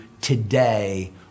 today